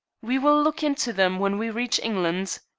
we will look into them when we reach england.